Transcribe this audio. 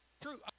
True